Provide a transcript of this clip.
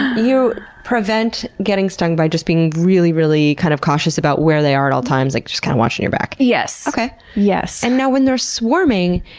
you prevent getting stung by just being really, really kind of cautious about where they are at all times. like just kinda watching your back? yes. okay. and now, when they're swarming,